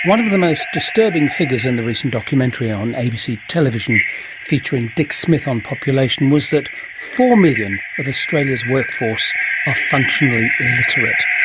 one of the most disturbing figures in the recent documentary on abc television featuring dick smith on population was that four million of australia's workforce are functionally illiterate.